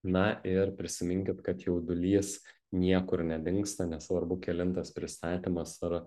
na ir prisiminkit kad jaudulys niekur nedingsta nesvarbu kelintas pristatymas ar